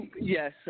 Yes